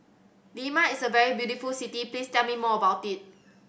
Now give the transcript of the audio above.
Lima is a very beautiful city please tell me more about it